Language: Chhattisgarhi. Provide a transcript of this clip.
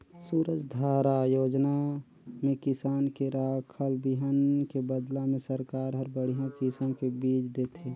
सूरजधारा योजना में किसान के राखल बिहन के बदला में सरकार हर बड़िहा किसम के बिज देथे